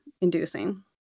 inducing